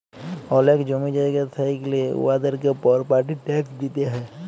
অলেক জমি জায়গা থ্যাইকলে উয়াদেরকে পরপার্টি ট্যাক্স দিতে হ্যয়